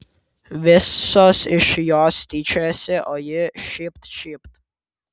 visos iš jos tyčiojasi o ji šypt šypt